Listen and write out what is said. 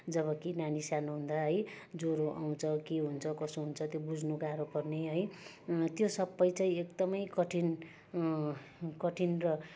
जब कि नानी सानो हुँदा है ज्वरो आउँछ के हुन्छ कसो हुन्छ त्यो बुझ्नु गाह्रो पर्ने है त्यो सबै चाहिँ एकदमै कठिन कठिन र